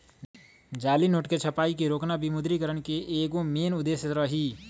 जाली नोट के छपाई के रोकना विमुद्रिकरण के एगो मेन उद्देश्य रही